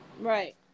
right